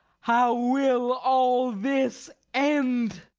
how will all this end?